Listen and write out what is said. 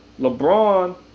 LeBron